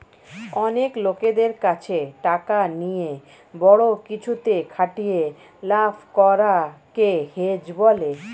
অনেক লোকদের কাছে টাকা নিয়ে বড়ো কিছুতে খাটিয়ে লাভ করা কে হেজ বলে